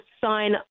sign